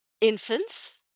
infants